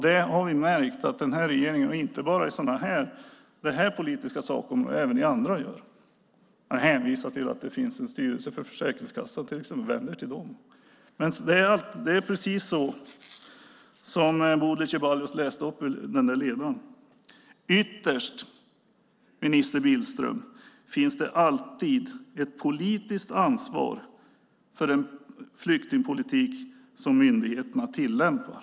Det har vi märkt att den här regeringen gör inte bara på det här politiska sakområdet utan även i andra fall. Man hänvisar ju till exempel till att det finns en styrelse för Försäkringskassan och säger: Vänd er till dem! Det är precis så som Bodil Ceballos citerade ur ledaren. Ytterst, minister Billström, finns det alltid ett politiskt ansvar för den flyktingpolitik som myndigheterna tillämpar.